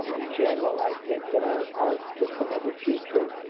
um in general, i think that our our system of the future.